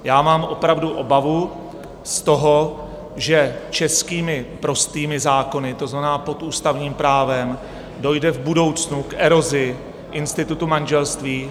Já mám opravdu obavu z toho, že českými prostými zákony, to znamená pod ústavním právem, dojde v budoucnu k erozi institutu manželství.